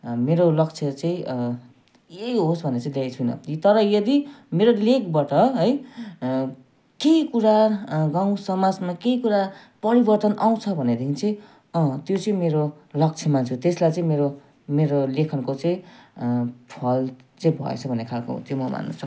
मेरो लक्ष्य चाहिँ यही होस् भनेर चाहिँ छुइनँ तर यदि मेरो लेखबाट है केही कुरा गाउँ समाजमा केही कुरा परिवर्तन आउँछ भनेदेखि चाहिँ अँ त्यो चाहिँ मेरो लक्ष्य मान्छु त्यसलाई चाहिँ मेरो मेरो लेखनको चाहिँ फल चाहिँ भएछ भन्ने खालको त्यो म भन्न सक्छु